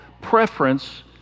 preference